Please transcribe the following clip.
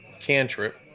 cantrip